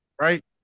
right